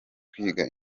kwiga